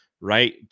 right